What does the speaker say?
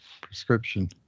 prescription